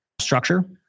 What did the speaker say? structure